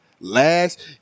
Last